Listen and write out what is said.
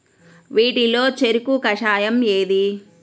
వీటిలో చెరకు కషాయం ఏది?